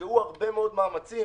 הושקעו הרבה מאוד מאמצים